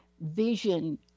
vision